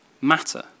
matter